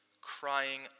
crying